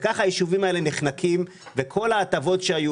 כך היישובים האלה נחנקים וכל ההטבות שהיו